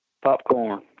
popcorn